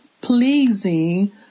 pleasing